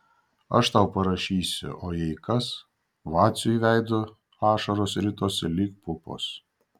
aš tau parašysiu o jei kas vaciui veidu ašaros ritosi lyg pupos